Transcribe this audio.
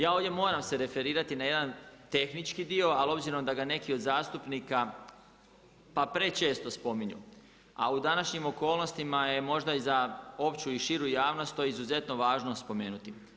Ja ovdje se moram referirati na jedan tehnički dio, ali obzirom da ga neki od zastupnika pa prečesto spominju, a u današnjim okolnostima je možda i za opću i širu javnost to izuzetno važno spomenuti.